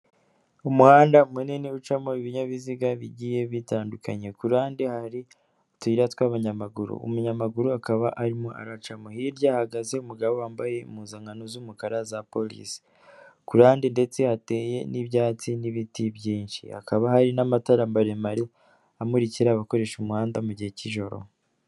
Umuhanda munini ucamo ibinyabiziga bigiye bitandukanye, ku ruhande hari utuyira tw'abanyamaguru, umunyamaguru akaba arimo aracamo, hirya hahagaze umugabo wambaye impuzankano z'umukara za porise, ku ruhande ndetse hateye n'ibyatsi n'ibiti byinshi, hakaba hari n'amatara maremare amurikira abakoresha umuhanda mu gihe cy'ijoro.